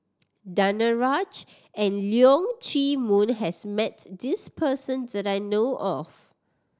Danaraj and Leong Chee Mun has met this person that I know of